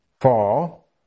fall